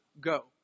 go